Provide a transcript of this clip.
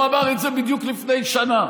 הוא אמר את זה בדיוק לפני שנה,